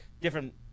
different